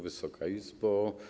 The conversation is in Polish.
Wysoka Izbo!